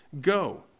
go